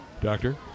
doctor